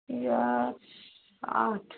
আচ্ছা